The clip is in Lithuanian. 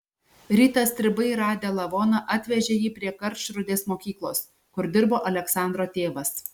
rytą stribai radę lavoną atvežė jį prie karčrūdės mokyklos kur dirbo aleksandro tėvas